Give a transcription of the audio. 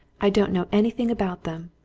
i don't know anything about them.